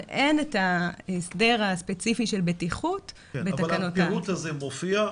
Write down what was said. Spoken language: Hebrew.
אבל אין את ההסדר הספציפי של בטיחות בתקנות --- אבל הפירוט הזה מופיע?